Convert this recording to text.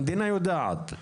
המדינה יודעת,